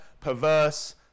perverse